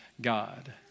God